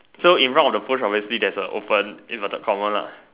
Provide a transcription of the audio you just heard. so in front of the push obviously there's a open inverted comma lah